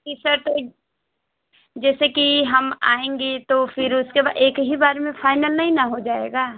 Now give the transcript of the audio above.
जी sir तो जैसे की हम आएंगे तो फिर उसके बाद एक ही बार में फाइनल नहीं न हो जाएगा